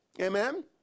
Amen